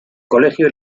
colegio